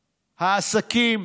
העומד, העסקים,